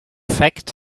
fact